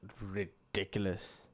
ridiculous